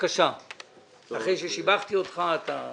אחרי ששיבחתי אותך, בבקשה.